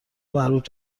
مربوط